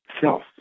self